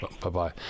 Bye-bye